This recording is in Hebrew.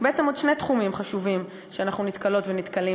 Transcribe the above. בעצם עוד שני תחומים חשובים שאנחנו נתקלות ונתקלים